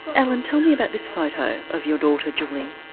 ellen, tell me about this photo of your daughter julie.